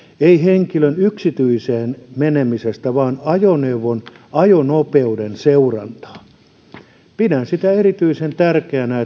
ei henkilön yksityisyyteen menemisestä vaan ajoneuvon ajonopeuden seurannasta pidän sitä erityisen tärkeänä